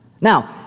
now